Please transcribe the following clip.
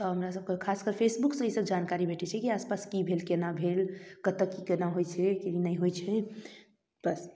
तऽ हमरासभके खासकऽ फेसबुकसँ ईसब जानकारी भेटै छै कि आसपास कि भेल कोना भेल कतऽ कि कोना होइ छै कि नहि होइ छै बस